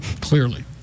Clearly